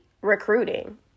recruiting